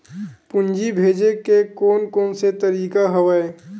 पूंजी भेजे के कोन कोन से तरीका हवय?